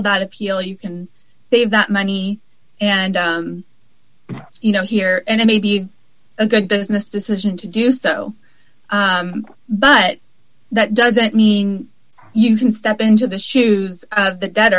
about appeal you can save that money and you know here and it may be a good business decision to do so but that doesn't mean you can step into the shoes